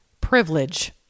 privilege